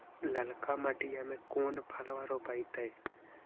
ललका मटीया मे कोन फलबा रोपयतय?